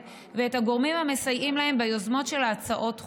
ואת הגורמים המסייעים להם ביוזמות של הצעות חוק",